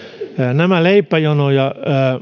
nämä